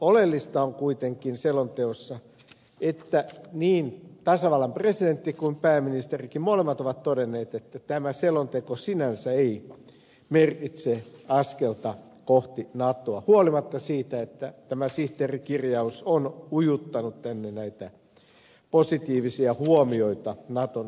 oleellista on kuitenkin selonteossa että niin tasavallan presidentti kuin pääministerikin molemmat ovat todenneet että tämä selonteko sinänsä ei merkitse askelta kohti natoa huolimatta siitä että tämä sihteerikirjaus on ujuttanut tänne näitä positiivisia huomioita naton suhteen